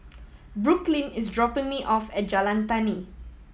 Brooklyn is dropping me off at Jalan Tani